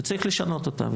וצריך לשנות אותה.